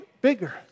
bigger